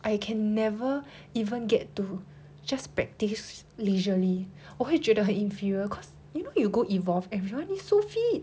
I can never even get to just practice leisurely 我会觉得很 inferior cause you know you go evolve everyone is so fit